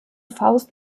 faust